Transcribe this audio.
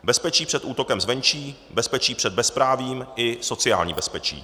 Bezpečí před útokem zvenčí, bezpečí před bezprávím i sociální bezpečí.